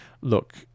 look